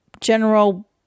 general